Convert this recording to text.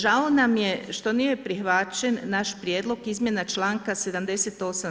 Žao nam je što nije prihvaćen naš prijedlog izmjena članka 78.